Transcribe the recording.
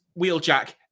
Wheeljack